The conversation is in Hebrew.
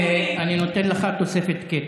אני נותן לך תוספת קטי.